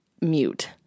mute